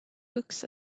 books